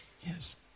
Yes